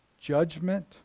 judgment